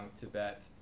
Tibet